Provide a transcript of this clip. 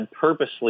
purposely